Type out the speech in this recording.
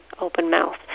open-mouth